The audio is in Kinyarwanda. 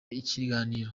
ikiganiro